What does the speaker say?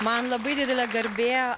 man labai didelė garbė